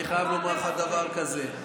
אני חייב לומר לך דבר כזה: